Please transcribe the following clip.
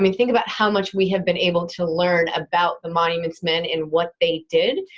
i mean think about how much we have been able to learn about the monuments man and what they did,